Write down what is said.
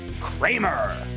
Kramer